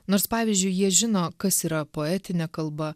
nors pavyzdžiui jie žino kas yra poetinė kalba